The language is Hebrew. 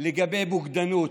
לגבי בוגדנות.